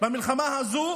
במלחמה הזו,